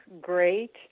great